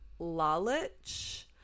Lalich